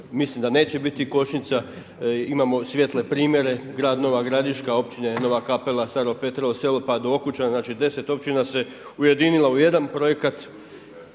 mislim da neće biti kočnica. Imamo svjetle primjere grad Nova Gradiška, Općina Nova Kapela, Staro Petrovo selo pa do Okučana, znači deset općina se ujedinilo u jedan projekat,